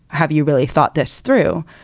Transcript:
have you really thought this through?